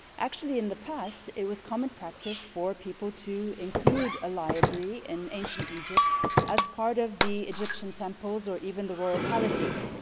actually, in the past, it was common practice for people to include a library in ancient egypt as part of the egyptian temples or even the royal palaces,